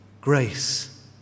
grace